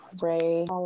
Ray